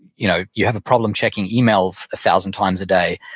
you know you have a problem checking email a thousand times a day,